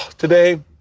today